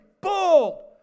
bold